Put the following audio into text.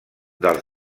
dels